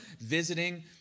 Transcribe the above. visiting